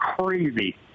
crazy